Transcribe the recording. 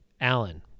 Allen